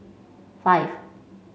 five